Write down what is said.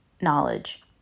knowledge